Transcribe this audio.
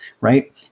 right